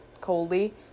coldly